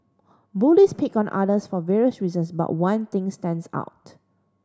bullies pick on others for various reasons but one thing stands out